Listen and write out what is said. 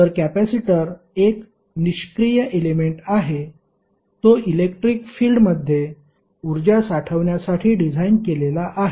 तर कॅपेसिटर एक निष्क्रिय एलेमेंट आहे तो इलेक्ट्रिक फिल्ड मध्ये ऊर्जा साठवण्यासाठी डिझाइन केलेला आहे